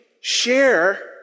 share